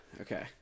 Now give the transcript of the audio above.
okay